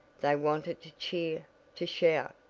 they wanted to cheer to shout,